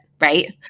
Right